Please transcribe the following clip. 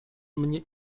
mnie